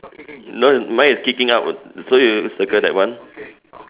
no my is kicking out so you circle that one